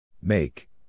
Make